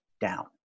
down